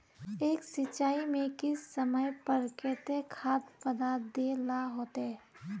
एक सिंचाई में किस समय पर केते खाद पदार्थ दे ला होते?